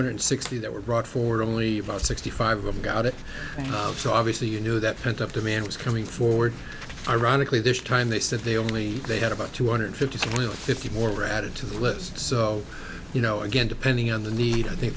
hundred sixty that were brought forward only about sixty five of them got it so obviously you knew that pent up demand was coming forward ironically this time they said they only they had about two hundred fifty fifty more were added to the list so you know again depending on the need i think